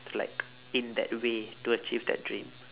to like in that way to achieve that dream